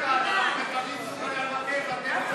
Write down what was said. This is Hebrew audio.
כהצעת הוועדה, נתקבל.